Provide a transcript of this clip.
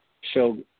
show